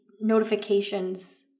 notifications